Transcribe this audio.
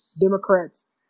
Democrats